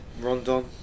Rondon